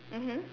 mmhmm